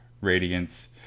Radiance